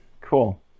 Cool